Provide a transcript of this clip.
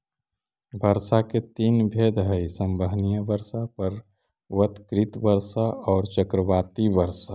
वर्षा के तीन भेद हई संवहनीय वर्षा, पर्वतकृत वर्षा औउर चक्रवाती वर्षा